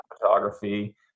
photography